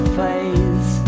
face